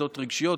כיתות רגשיות,